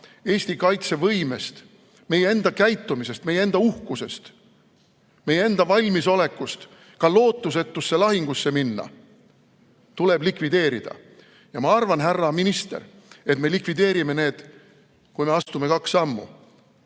Eesti kaitsevõimest, meie enda käitumisest, meie enda uhkusest, meie enda valmisolekust ka lootusetusse lahingusse minna tuleb likvideerida. Ja ma arvan, härra minister, et me likvideerime need, kui me astume kaks sammu: